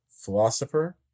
philosopher